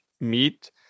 meet